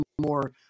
more